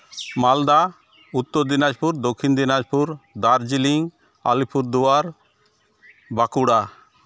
Malda Uttar Dinajpur Dakshin Dinajpur Darjeeling Alipurduar Bankura